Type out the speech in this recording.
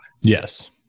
Yes